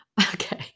Okay